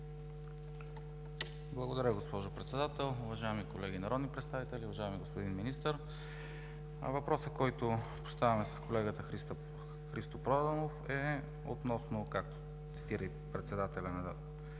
Благодаря, госпожо Председател. Уважаеми колеги народни представители, уважаеми господин Министър! Въпросът, който поставям с колегата Христо Проданов, е, както цитира и председателят на парламента